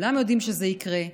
כולנו יודעים שזה יקרה,